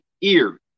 ears